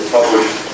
published